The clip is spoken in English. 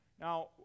Now